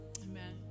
Amen